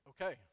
okay